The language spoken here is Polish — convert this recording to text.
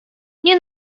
nie